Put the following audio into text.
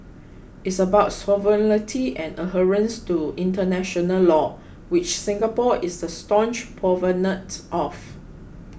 it's about sovereignty and adherence to international law which Singapore is a staunch proponent of